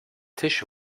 tisch